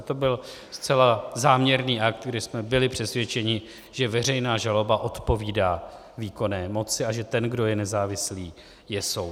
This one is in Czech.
To byl zcela záměrný akt, kdy jsme byli přesvědčeni, že veřejná žaloba odpovídá výkonné moci a že ten, kdo je nezávislý, je soud.